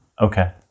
Okay